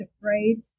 afraid